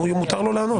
מותר לו לענות.